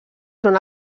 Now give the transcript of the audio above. són